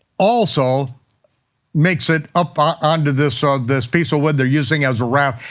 also makes it up ah onto this ah this piece of wood they're using as a raft.